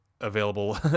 available